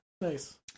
Nice